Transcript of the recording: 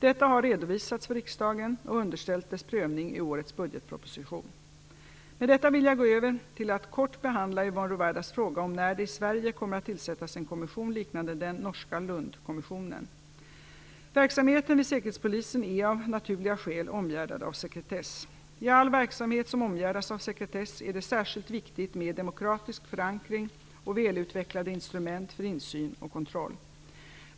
Detta har redovisats för riksdagen och underställts dess prövning i årets budgetproposition . Med detta vill jag gå över till att kort behandla Yvonne Ruwaidas fråga om när det i Sverige kommer att tillsättas en kommission liknande den norska Verksamheten vid säkerhetspolisen är av naturliga skäl omgärdad av sekretess. I all verksamhet som omgärdas av sekretess är det särskilt viktigt med demokratisk förankring och välutvecklade instrument för insyn och kontroll.